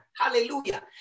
Hallelujah